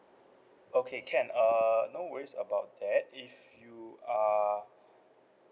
okay can uh no worries about that if you are